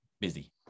busy